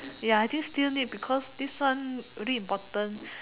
ya I think still need because this one very important